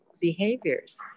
behaviors